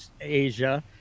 Asia